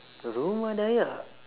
rumah dayak